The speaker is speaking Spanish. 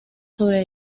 sobre